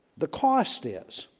the cost is